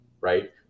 right